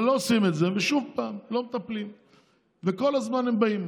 אבל לא עושים את זה ושוב לא מטפלים וכל הזמן הם באים.